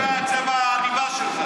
אתה לא קובע את צבע העניבה שלך.